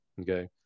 okay